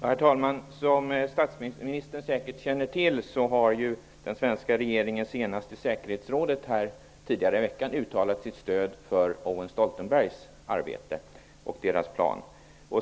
Herr talman! Som statsministern säkert känner till har den svenska regeringen senast tidigare i veckan till säkerhetsrådet uttalat sitt stöd för Owen Stoltenbergs arbete och plan.